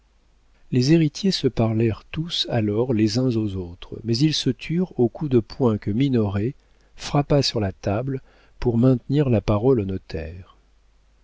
les héritiers se parlèrent tous alors les uns aux autres mais ils se turent au coup de poing que minoret frappa sur la table pour maintenir la parole au notaire